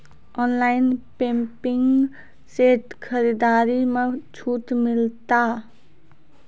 Online pumping set खरीदारी मे छूट मिलता?